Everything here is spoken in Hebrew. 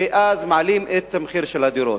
ואז מעלים את המחיר של הדירות.